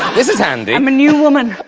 this is handy. i'm a new woman